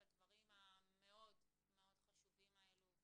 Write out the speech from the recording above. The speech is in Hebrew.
על הדברים המאוד-מאוד-חשובים האלו,